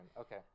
Okay